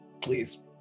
please